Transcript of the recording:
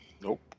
Nope